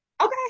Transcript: okay